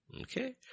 Okay